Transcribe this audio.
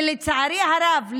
ולצערי הרב,